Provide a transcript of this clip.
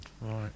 Right